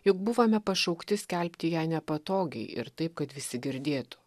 juk buvome pašaukti skelbti ją nepatogiai ir taip kad visi girdėtų